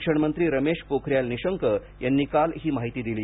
शिक्षण मंत्री रमेश पोखरियाल निशंक यांनी काल ही माहिती दिली